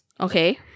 Okay